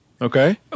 okay